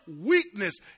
weakness